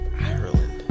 Ireland